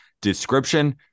description